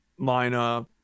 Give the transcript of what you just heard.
lineup